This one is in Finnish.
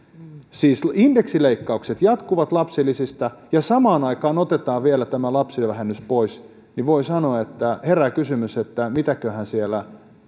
siis indeksileikkaukset lapsilisistä jatkuvat ja samaan aikaan otetaan vielä tämä lapsivähennys pois niin että voi sanoa että herää kysymys mitäköhän siellä